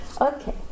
okay